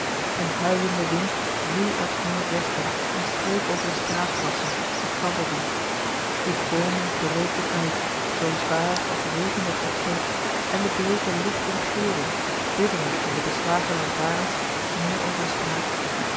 een huilende wind woei uit het noordwesten en streek over de straatplassen die kabbelden de boomen dropen uit zoo zwaar als regende het nog steeds en de bleeke lichten geelden bibberend in de beslagen lantarens neêr over de straat